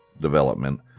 development